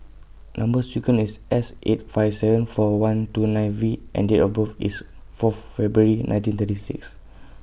Number sequence IS S eight five seven four one two nine V and Date of birth IS Fourth February nineteen thirty six